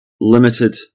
limited